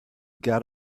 got